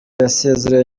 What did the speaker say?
yasezerewe